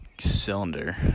cylinder